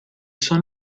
suo